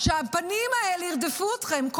שהפנים האלה ירדפו אתכם,